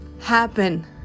happen